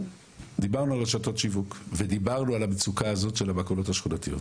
דיברנו על רשתות שיווק ודיברנו על המצוקה הזאת של מכולות שכונתיות.